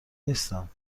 نیستم